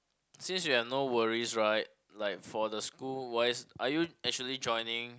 since you have no worries right like for the school wise are you actually joining